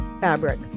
fabric